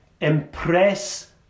impress